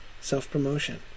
self-promotion